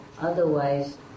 Otherwise